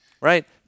Right